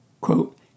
quote